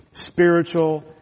spiritual